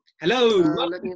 Hello